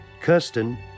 Kirsten